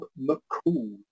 McCool